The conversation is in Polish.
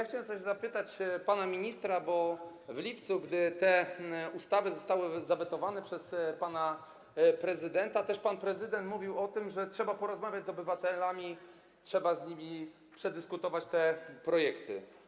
Chciałem o coś zapytać pana ministra, bo w lipcu, gdy te ustawy zostały zawetowane przez pana prezydenta, pan prezydent też mówił o tym, że trzeba porozmawiać z obywatelami, trzeba z nimi przedyskutować te projekty.